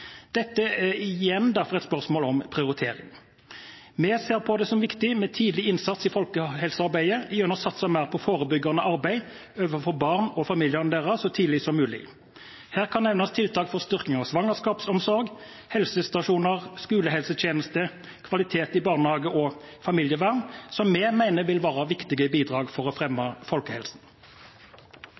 Dette er derfor igjen et spørsmål om prioritering. Vi ser på det som viktig med tidlig innsats i folkehelsearbeidet gjennom å satse mer på forebyggende arbeid overfor barn og familiene deres så tidlig som mulig. Her kan nevnes tiltak for styrking av svangerskapsomsorgen, helsestasjonene, skolehelsetjenesten, kvaliteten i barnehager og familievernet, som vi mener vil være viktige bidrag for å fremme folkehelsen.